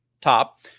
top